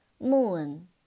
moon